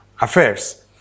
affairs